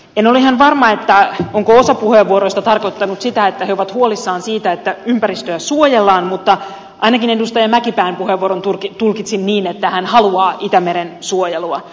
en ole ihan varma onko osa puheenvuoroista tarkoittanut sitä että he ovat huolissaan siitä että ympäristöä suojellaan mutta ainakin edustaja mäkipään puheenvuoron tulkitsin niin että hän haluaa itämeren suojelua